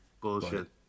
Bullshit